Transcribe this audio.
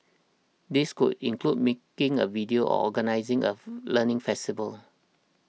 these could include making a video or organising a learning festival